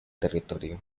territorio